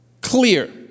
clear